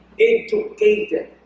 educated